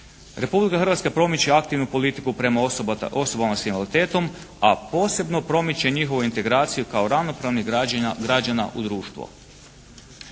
Republika Hrvatska promiče aktivnu politiku prema osobama s invaliditetom a posebno promiče njihovu integraciju kao ravnopravnih građana u društvu.